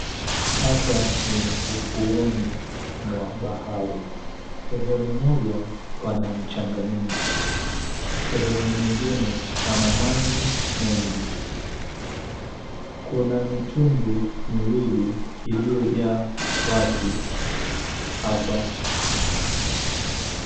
Hapa ni ufuoni mwa bahari. Sehemu moja pana michanga mingi. Sehemu nyingine pana maji mengi. Kuna mitumbwi miwili iliyojaa watu hapa.